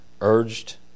urged